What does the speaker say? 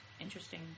interesting